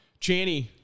Channy